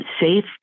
safe